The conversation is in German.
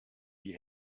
die